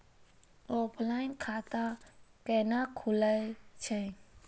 Offline खाता कैना खुलै छै?